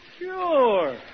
Sure